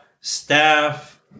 staff